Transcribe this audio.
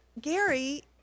Gary –